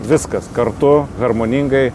viskas kartu harmoningai